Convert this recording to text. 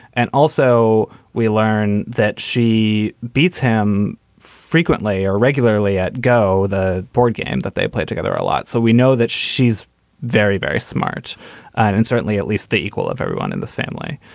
and also we learn that she beats him frequently or regularly at go the board game that they played together a lot. so we know that she's very, very smart and certainly at least the equal of everyone in the family.